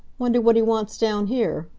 wonder what he wants down here?